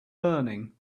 learning